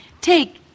take